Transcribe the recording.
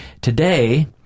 today